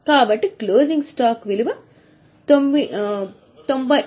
కాబట్టి closing stock విలువ 98000